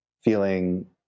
feeling